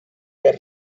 per